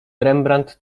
rembrandt